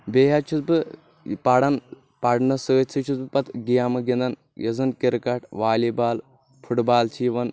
بییٚہِ حظ چھُس بہٕ پران پرنس سۭتۍ سۭتۍ چھُس بہٕ پتہ گیمہٕ گنٛدان یُس زن cricket volleyball football چھِ یِوان